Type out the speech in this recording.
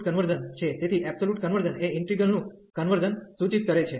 તેથી કન્વર્ઝન એ ઈન્ટિગ્રલ નું કન્વર્ઝન સૂચિત કરે છે